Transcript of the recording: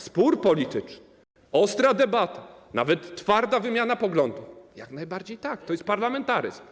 Spór polityczny, ostra debata, nawet twarda wymiana poglądów - jak najbardziej tak, to jest parlamentaryzm.